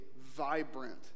vibrant